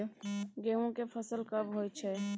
गेहूं के फसल कब होय छै?